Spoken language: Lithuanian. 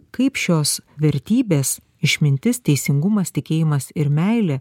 kaip šios vertybės išmintis teisingumas tikėjimas ir meilė